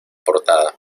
portada